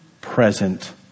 Present